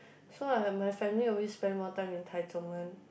so um my family always spend more time in Taichung one